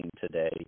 today